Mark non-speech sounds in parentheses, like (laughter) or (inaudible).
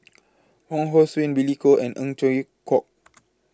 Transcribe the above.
Wong Hong Suen Billy Koh and Eng Chwee Kok (noise)